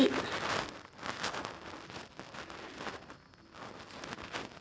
ತೋರ್ ದಾಲ್ ನ್ಯಾಗ magnesium, calcium, vitamin B ಮತ್ತು ಪೊಟ್ಯಾಸಿಯಮ್ ಹೆಚ್ಚ್ ಇರ್ತೇತಿ